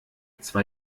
zwei